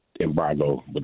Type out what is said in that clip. embargo